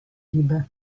ribe